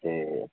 ए